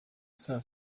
saa